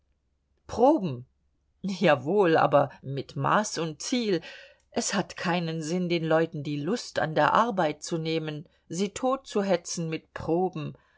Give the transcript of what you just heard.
proben jawohl aber mit maß und ziel es hat keinen sinn den leuten die lust an der arbeit zu nehmen sie tot zu hetzen mit proben